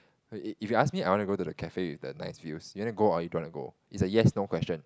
if if you ask me I want to go to the cafe with the nice view you want to go or you don't want to go it's a yes no question